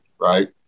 right